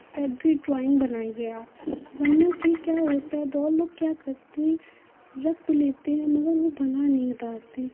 तभी ड्राइंग बनाइए आप वरना कि क्या होता है बहुत लोग क्या करते हैं रख तो लेते हैं मगर ओ बना नहीं पाते हैं